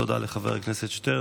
תודה לחבר הכנסת שטרן.